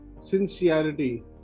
sincerity